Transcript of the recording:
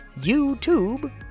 YouTube